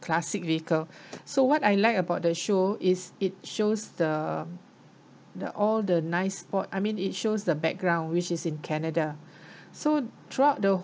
classic vehicle so what I liked about the show is it shows the the all the nice spot I mean it shows the background which is in canada so throughout the